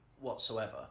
whatsoever